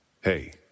Hey